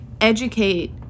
educate